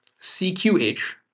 cqh